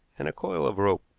and a coil of rope.